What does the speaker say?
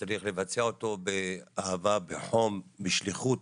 שצריך לבצע אותו באהבה, בחום, בשליחות